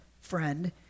friend